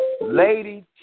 Lady